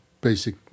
basic